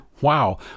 wow